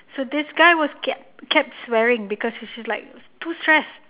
so this guy was kept kept swearing because he is like too stressed